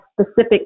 specific